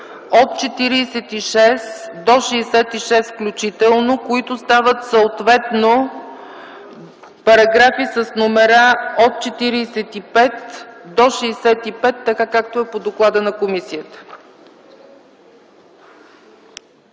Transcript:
от 46 до 66 включително, които стават съответно параграфи с номера от 45 до 65, така както е по доклада на комисията.